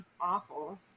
awful